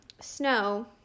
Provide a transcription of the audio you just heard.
snow